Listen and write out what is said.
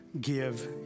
give